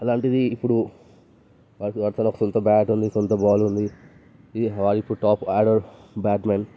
అలాంటిది ఇప్పుడు వాడికి సొంత బ్యాట్ ఉంది సొంత బాల్ ఉంది ఇప్పుడు వాడు టాప్ ఆర్డర్ బ్యాట్స్మెన్